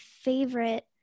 favorite